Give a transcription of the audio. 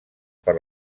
per